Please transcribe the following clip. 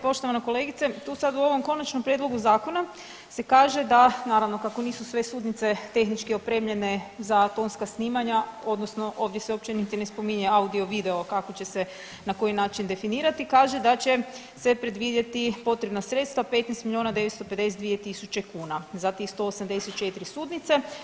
Poštovana kolegice tu sad u ovom konačnom prijedlogu zakona se kaže da naravno kako nisu sve sudnice tehnički opremljene za tonska snimanja odnosno ovdje se uopće niti ne spominje audio-video kako će se na koji način definirati, kaže da će se predvidjeti potrebna sredstva 15 miliona 952 tisuće kuna za tih 184 sudnice.